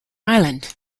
island